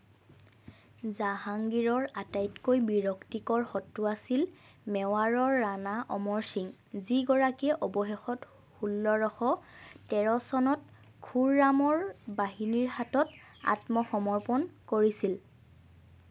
জাহাংগীৰৰ আটাইতকৈ বিৰক্তিকৰ শত্ৰু আছিল মেৱাৰৰ ৰাণা অমৰ সিং যিগৰাকীয়ে অৱশেষত ষোল্লশ তেৰ চনত খুৰৰামৰ বাহিনীৰ হাতত আত্মসমৰ্পণ কৰিছিল